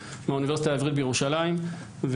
מהאוניברסיטה העברית בירושלים,